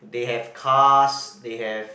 they have cars they have